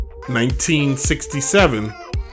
1967